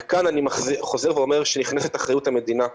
כאן אני חוזר ואומר שנכנסת אחריות המדינה.